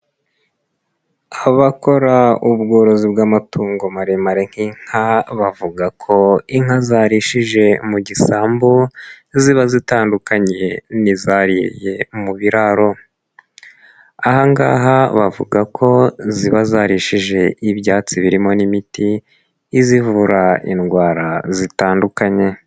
Abakora ubworozi bw'amatungo maremare nk'inka, bavuga ko inka zarishije mu gisambu, ziba zitandukanye n'izariye mu biraro. Aha ngaha bavuga ko ziba zarishije ibyatsi birimo n'imiti izivura indwara zitandukanye.